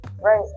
right